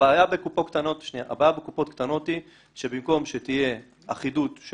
הבעיה עם קופות קטנות היא שבמקום שתהיה אחידות של